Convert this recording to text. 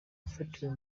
bafatiwe